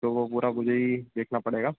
तो वो पूरा मुझे ही देखना पड़ेगा